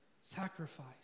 sacrifice